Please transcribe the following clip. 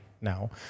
now